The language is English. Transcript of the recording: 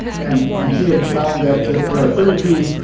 and and he had found that there are thirty two